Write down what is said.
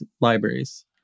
libraries